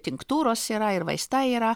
tinktūros yra ir vaistai yra